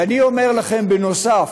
ואני אומר לכם בנוסף: